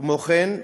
כמו כן,